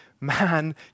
Man